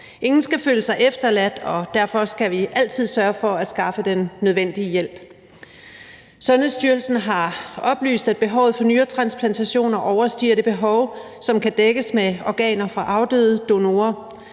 Ingen skal føle sig efterladt, og derfor skal vi altid sørge for at skaffe den nødvendige hjælp. Sundhedsstyrelsen har oplyst, at behovet for nyretransplantationer overstiger det behov, som kan dækkes med organer fra afdøde donorer.